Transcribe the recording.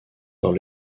dans